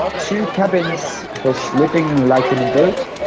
two cabins for sleeping like in a boat,